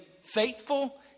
faithful